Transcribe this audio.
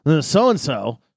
so-and-so